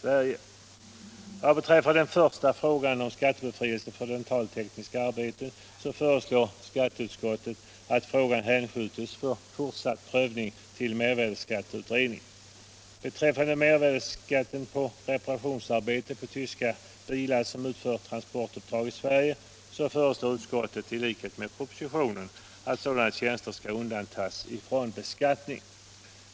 Vad beträffar den förstnämnda frågan om skattebefrielse för dentaltekniska arbeten föreslår skatteutskottet att frågan hänskjuts till mervärdeskatteutredningen för fortsatt prövning. Beträffande mervärdeskatt på reparationsarbeten på utländska bilar som utför transportuppdrag i Sverige föreslår utskottet i likhet med departementschefen i propositionen att sådana tjänster skall undantas från beskattning.